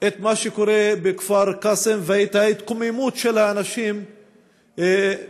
את מה שקורה בכפר קאסם ואת ההתקוממות של האנשים כנגד